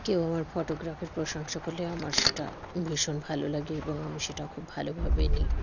কেউ আমার ফটোগ্রাফির প্রশংসা করলে আমার সেটা ভীষণ ভালো লাগে এবং আমি সেটা খুব ভালোভাবে নিই